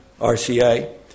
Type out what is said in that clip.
RCA